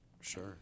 Sure